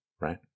right